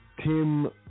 Tim